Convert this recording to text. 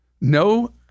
no